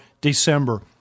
December